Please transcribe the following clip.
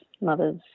mother's